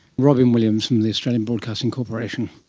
robyn williams from the australian broadcasting corporation.